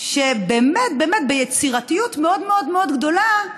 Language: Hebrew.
שבאמת באמת, ביצירתיות מאוד מאוד מאוד גדולה,